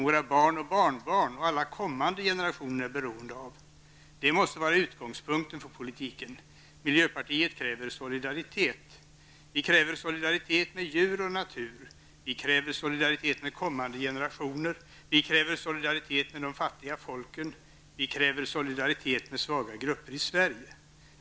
Våra barn, barnbarn och alla kommande generationer är beroende av den. Detta måste vara utgångspunkten för politiken. Miljöpartiet kräver solidaritet. Vi kräver solidaritet med djur och natur. Vi kräver solidaritet med kommande generationer. Vi kräver solidaritet med de fattiga folken. Vi kräver solidaritet med svaga grupper i Sverige.